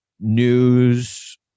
News